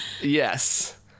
Yes